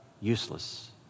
useless